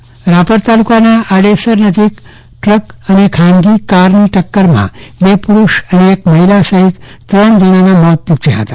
ચંદ્રવદન પટ્ટણી અકસ્માત રાપર તાલુકાના આડેસર નજીક ટ્રક અને ખાનગી કારની ટક્કરમાં બે પુરૂષ અને એક મહિલા સહિત ત્રણ જણાના મોત નીપજ્યા હતા